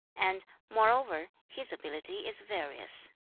and, moreover, his ability is various